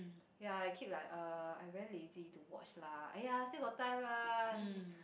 ya I keep like uh I very lazy to watch lah !aiya! still got time lah